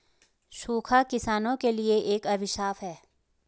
सूखा किसानों के लिए एक अभिशाप है